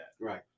Right